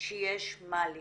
שיש מה לשפר.